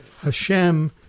Hashem